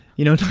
you know,